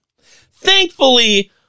Thankfully